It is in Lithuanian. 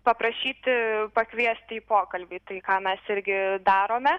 paprašyti pakviesti į pokalbį tai ką mes irgi darome